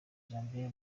janvier